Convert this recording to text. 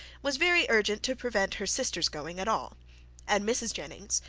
was very urgent to prevent her sister's going at all and mrs. jennings,